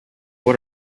what